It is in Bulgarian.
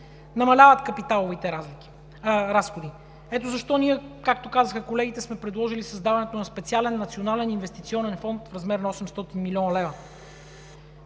намаляват капиталовите разходи. Ето защо, както казаха колегите, ние сме предложили създаването на специален национален инвестиционен фонд в размер на 800 млн. лв.